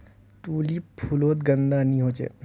tulip फुलोत गंध नि होछे